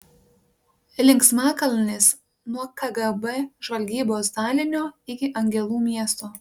linksmakalnis nuo kgb žvalgybos dalinio iki angelų miesto